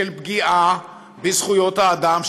של פגיעה בזכויות האדם,